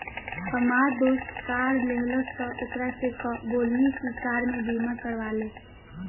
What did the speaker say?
हामार दोस्त कार लेहलस त ओकरा से बोलनी की कार के बीमा करवा ले